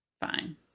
Fine